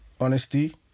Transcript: Honesty